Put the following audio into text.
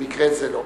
במקרה הזה לא.